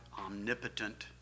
omnipotent